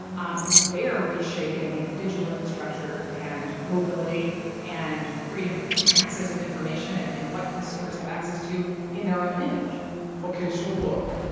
um they are reshaping digital infrastructure and mobility and freedom of and access of information and and what consumers have access to in their own image ok, so look,